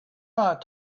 not